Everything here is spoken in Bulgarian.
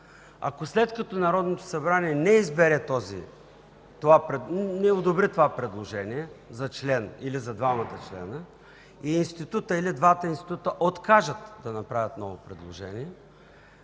юристите: ако Народното събрание не одобри това предложение за член или за двамата членове и институтът или двата института откажат да направят ново предложение,